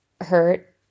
hurt